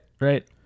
right